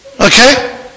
Okay